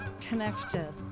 connected